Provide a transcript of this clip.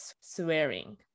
swearing